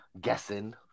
guessing